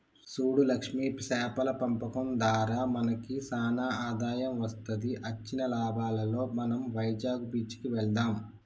సూడు లక్ష్మి సేపల పెంపకం దారా మనకి సానా ఆదాయం వస్తది అచ్చిన లాభాలలో మనం వైజాగ్ బీచ్ కి వెళ్దాం